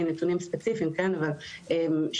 אני עם נתונים ספציפיים של תיקים,